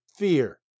Fear